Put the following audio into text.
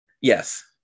Yes